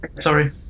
sorry